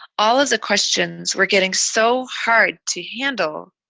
all of the questions we're getting so hard to handle.